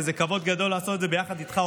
וזה כבוד גדול לעשות את זה ביחד איתך,